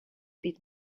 been